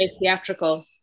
theatrical